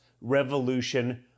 revolution